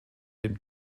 dem